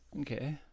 okay